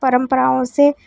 परंपराओं से